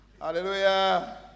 Hallelujah